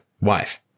wife